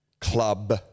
club